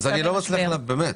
אני לא מצליח להבין.